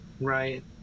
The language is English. right